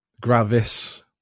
Gravis